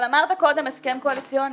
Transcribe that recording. אבל אמרת קודם: הסכם קואליציוני.